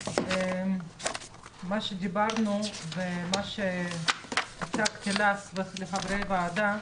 מה שדיברנו ומה שהצגתי לך ולחברי הוועדה,